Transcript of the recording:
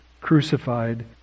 crucified